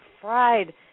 fried